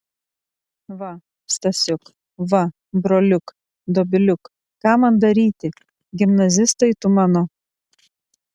va stasiuk va broliuk dobiliuk ką man daryti gimnazistai tu mano